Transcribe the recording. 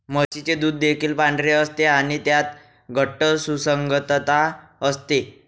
म्हशीचे दूध देखील पांढरे असते आणि त्यात घट्ट सुसंगतता असते